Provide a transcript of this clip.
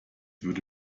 würde